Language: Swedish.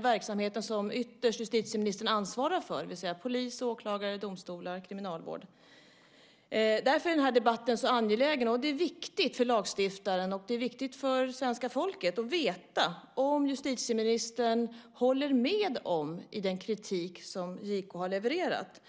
verksamheten som ytterst justitieministern ansvarar för, det vill säga polis, åklagare, domstolar och kriminalvård. Därför är den här debatten så angelägen. Det är viktigt för lagstiftaren och för svenska folket att veta om justitieministern håller med om den kritik som JK har levererat.